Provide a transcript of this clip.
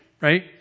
right